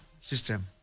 system